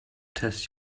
test